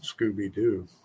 Scooby-Doo